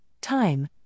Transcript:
time